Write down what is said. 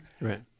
Right